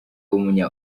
w’umunya